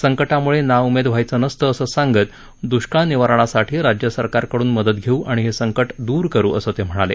संकटामुळे नाउमेद व्हायचं नसतं असं सांगत दुष्काळ निवारणासाठी राज्य सरकारकडून मदत घेऊ आणि हे संकट दूर करु असं ते म्हणाले